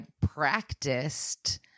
practiced